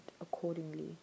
accordingly